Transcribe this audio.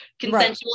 Consensual